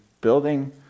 building